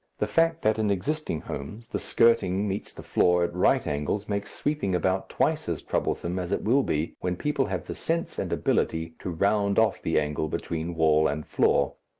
the fact that in existing homes the skirting meets the floor at right angles makes sweeping about twice as troublesome as it will be when people have the sense and ability to round off the angle between wall and floor.